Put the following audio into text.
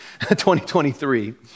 2023